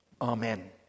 Amen